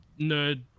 nerd